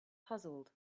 puzzled